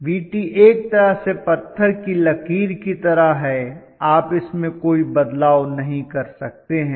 Vt एक तरह से पत्थर की लकीर की तरह है आप इसमें कोई बदलाव नहीं कर सकते हैं